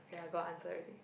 ya I got answer already